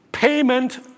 Payment